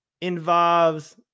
involves